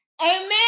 amen